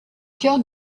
cœur